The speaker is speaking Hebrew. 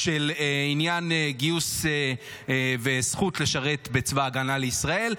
עניין גיוס והזכות לשרת בצבא ההגנה לישראל.